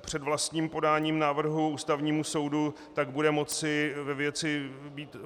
Před vlastním podáním návrhu Ústavnímu soudu tak bude moci ve věci být